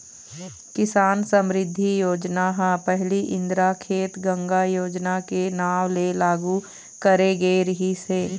किसान समरिद्धि योजना ह पहिली इंदिरा खेत गंगा योजना के नांव ले लागू करे गे रिहिस हे